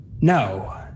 No